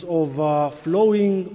overflowing